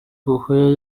kuko